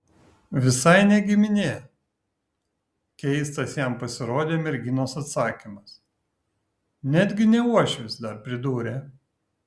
visai ne giminė keistas jam pasirodė merginos atsakymas netgi ne uošvis dar pridūrė